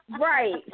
Right